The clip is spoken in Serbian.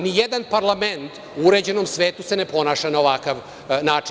Nijedan parlament u uređenom svetu se ne ponaša na ovakav način.